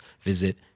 visit